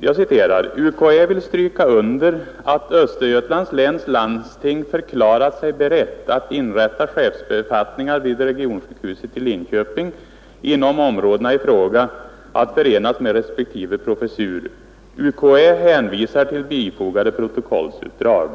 är det tydligen nödvändigt att citera UKÄ: ”UKÄ vill stryka under, att Östergötlands läns landsting förklarat sig berett att inrätta chefsbefattningar vid regionsjukhuset i Linköping inom områdena i fråga att förenas med respektive professur. UKÄ hänvisar till bifogade protokollsutdrag.